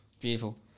Beautiful